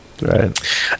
Right